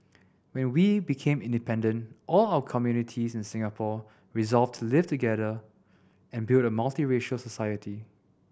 when we became independent all our communities in Singapore resolved to live together and build a multiracial society